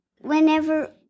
whenever